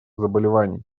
заболеваний